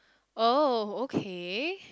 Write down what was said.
oh okay